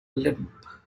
limp